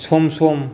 सम सम